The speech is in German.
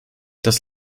das